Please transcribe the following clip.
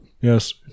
yes